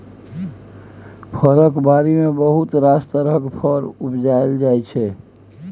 फरक बारी मे बहुत रास तरहक फर उपजाएल जाइ छै